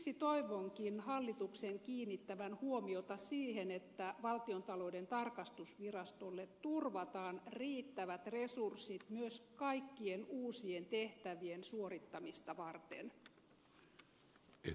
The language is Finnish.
siksi toivonkin hallituksen kiinnittävän huomiota siihen että valtiontalouden tarkastusvirastolle turvataan riittävät resurssit myös kaikkien uusien tehtävien suorittamista varten